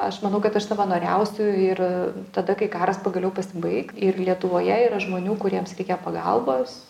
aš manau kad aš savanoriausiu ir tada kai karas pagaliau pasibaik ir lietuvoje yra žmonių kuriems reikia pagalbos